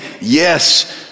yes